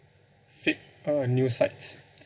fake uh news sites